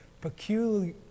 peculiar